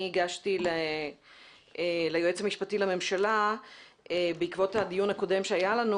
הגשתי ליועץ המשפטי לממשלה בעקבות הדיון הקודם שהיה לנו.